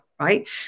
right